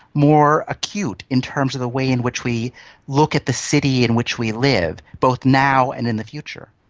more acute in terms of the way in which we look at the city in which we live, both now and in the future.